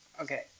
Okay